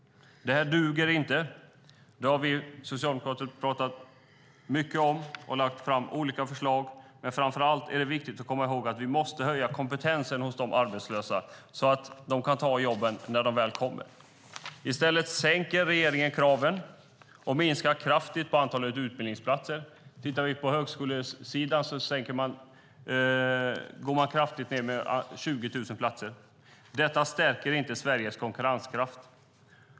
Det här duger inte. Det har vi socialdemokrater pratat mycket om. Och vi har lagt fram olika förslag. Men framför allt är det viktigt att komma ihåg att vi måste höja kompetensen hos de arbetslösa, så att de kan ta jobben när de väl kommer. I stället sänker regeringen kraven och minskar kraftigt på antalet utbildningsplatser. Vi kan titta på högskolesidan. Man går ned kraftigt, med 20 000 platser. Detta stärker inte Sveriges konkurrenskraft.